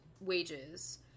wages